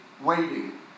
waiting